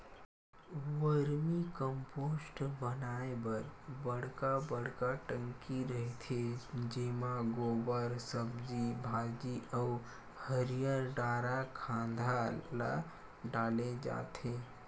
vermi compost बनाए बर बड़का बड़का टंकी रहिथे जेमा गोबर, सब्जी भाजी अउ हरियर डारा खांधा ल डाले जाथे